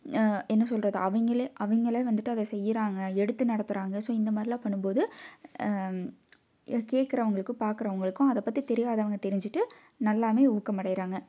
என்ன சொல்லுறது அவங்களே அவங்களே வந்துவிட்டு அதை செய்யறாங்க எடுத்து நடத்துறாங்க ஸோ இந்தமாதிரிலாம் பண்ணும்போது இதை கேட்குறவங்களுக்கும் பார்க்குறவங்களுக்கும் அதை பற்றி தெரியாதவங்க தெரிஞ்சிகிட்டு நல்லாமே ஊக்கமடையிறாங்க